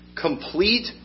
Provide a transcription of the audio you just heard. complete